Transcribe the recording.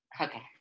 okay